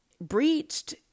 breached